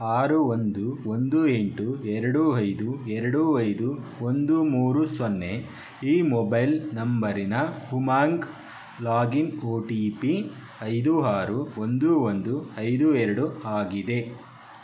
ಆರು ಒಂದು ಒಂದು ಎಂಟು ಎರಡು ಐದು ಎರಡು ಐದು ಒಂದು ಮೂರು ಸೊನ್ನೆ ಈ ಮೊಬೈಲ್ ನಂಬರಿನ Umang login O T P ಐದು ಆರು ಒಂದು ಒಂದು ಐದು ಎರಡು ಆಗಿದೆ